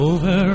Over